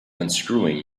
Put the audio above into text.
unscrewing